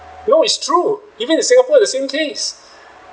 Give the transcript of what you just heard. no it's true even in singapore the same case